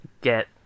get